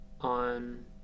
on